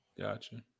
Gotcha